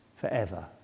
forever